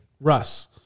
Russ